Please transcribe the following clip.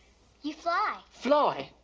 you fly. fly,